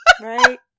Right